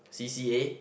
C_c_A